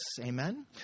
Amen